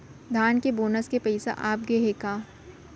धान के बोनस के पइसा आप गे हे का?